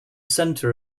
center